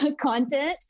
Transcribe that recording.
content